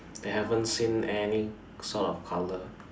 They haven't seen any sort of colour